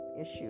issue